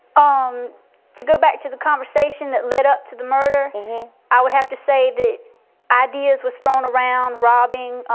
um to go back to the conversation that led up to the murder, i would have to say that ideas was thrown around, robbing,